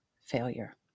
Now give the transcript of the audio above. failure